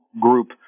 group